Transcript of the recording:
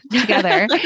together